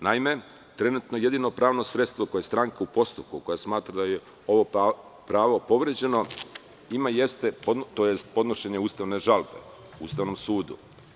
Naime, trenutno jedino pravno sredstvo koje stranka u postupku ima, koja smatra da joj je ovo pravo povređeno, je podnošenje ustavne žalbe Ustavnom sudu.